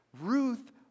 Ruth